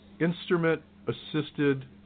instrument-assisted